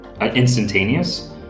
instantaneous